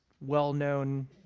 well-known